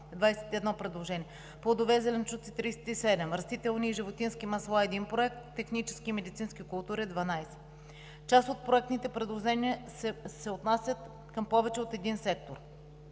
21; плодове и зеленчуци – 37; растителни и животински масла – един проект; технически и медицински култури – 12. Част от проектните предложения се отнасят към повече от един сектор.